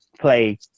play